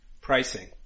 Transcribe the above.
Pricing